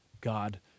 God